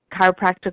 chiropractic